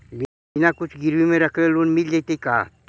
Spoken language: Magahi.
बिना कुछ गिरवी मे रखले लोन मिल जैतै का?